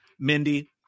Mindy